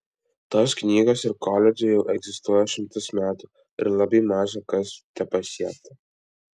tos knygos ir koledžai jau egzistuoja šimtus metų ir labai maža kas tepasiekta